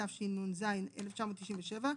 התשנ"ז-1997,